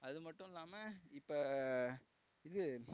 அது மட்டும் இல்லாமல் இப்போ இது